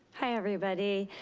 hi everybody.